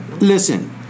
Listen